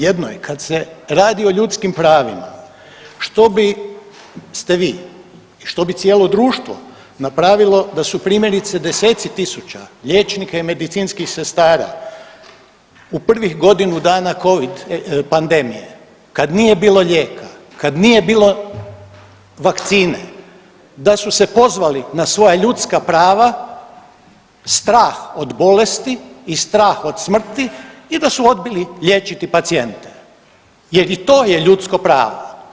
Jedno je kad se o ljudskim pravima što biste vi i što bi cijelo društvo napravilo da su primjerice 10-tci tisuća liječnika i medicinskih sestara u prvih godinu dana Covid pandemije kad nije bilo lijeka, kad nije bilo vakcine da su se pozvali na svoja ljudska prava, strah od bolesti i strah od smrti i da su odbili liječiti pacijente jer i to je ljudsko pravo.